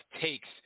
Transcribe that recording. takes